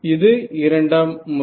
இது இரண்டாம் முறை